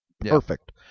perfect